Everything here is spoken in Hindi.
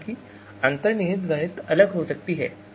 हालाँकि अंतर्निहित गणित अलग होने जा रहा है